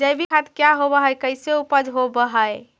जैविक खाद क्या होब हाय कैसे उपज हो ब्हाय?